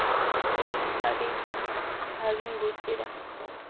ᱤᱧ ᱟᱹᱰᱤ ᱵᱷᱟᱹᱜᱤᱧ ᱵᱩᱡᱽ ᱠᱮᱫᱟ